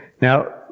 now